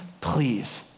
please